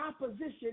opposition